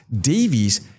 Davies